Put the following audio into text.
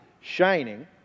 shining